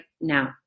now